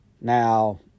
Now